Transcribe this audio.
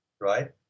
right